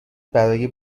برای